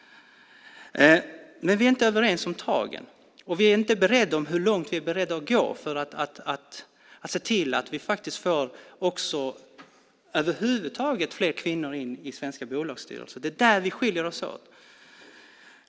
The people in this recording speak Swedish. Men vi är inte överens om tagen, och vi är inte överens om hur långt vi är beredda att gå för att se till att vi faktiskt får in fler kvinnor i svenska bolagsstyrelser. Där skiljer vi oss åt.